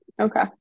Okay